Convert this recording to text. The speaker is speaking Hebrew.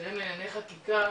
שרים לענייני חקיקה